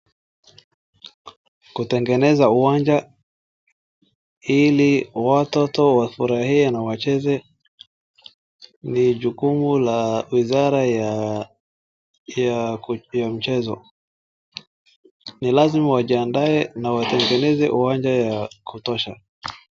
Kutengeneza uwaja ili watoto wafurahie na wacheze, ni jukuma la wizara ya, ya mchezo. Ni lazima wajiandae na watengeneze uwanja ya kutosha.